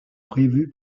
prévu